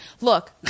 look